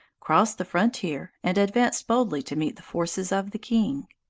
crossed the frontier, and advanced boldly to meet the forces of the king.